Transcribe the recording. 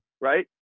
right